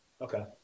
Okay